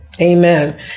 Amen